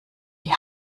die